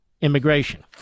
immigration